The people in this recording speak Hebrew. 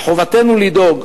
חובתנו לדאוג